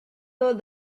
though